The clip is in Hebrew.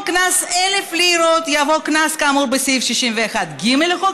'קנס 1,000 לירות' יבוא 'קנס כאמור בסעיף 61(ג) לחוק